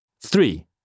Three